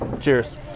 Cheers